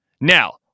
Now